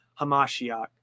Hamashiach